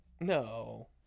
No